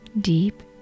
deep